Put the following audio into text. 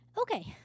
Okay